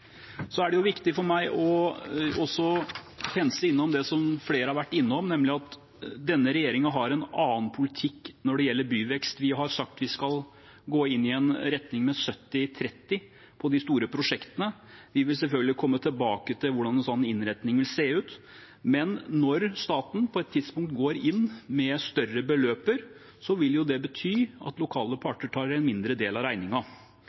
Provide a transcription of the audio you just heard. Det er viktig for meg også å pense innom det som flere har vært innom, nemlig at denne regjeringen har en annen politikk når det gjelder byvekst. Vi har sagt vi skal gå i retning av en innretning på 70/30 på de store prosjektene. Vi vil selvfølgelig komme tilbake til hvordan en slik innretning vil se ut, men når staten på et tidspunkt går inn med større beløp, vil det bety at lokale parter tar en mindre del av